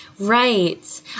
Right